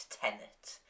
Tenet